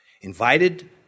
invited